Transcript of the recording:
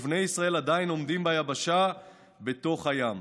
ובני ישראל עדיין עומדים ביבשה בתוך הים".